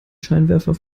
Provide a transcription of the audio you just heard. scheinwerfer